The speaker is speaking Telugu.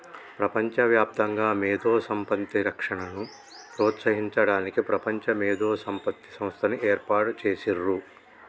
ప్రపంచవ్యాప్తంగా మేధో సంపత్తి రక్షణను ప్రోత్సహించడానికి ప్రపంచ మేధో సంపత్తి సంస్థని ఏర్పాటు చేసిర్రు